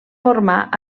formar